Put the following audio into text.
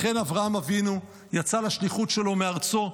לכן אברהם אבינו יצא לשליחות שלו מארצו,